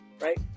Right